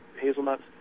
hazelnuts